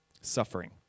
Suffering